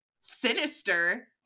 sinister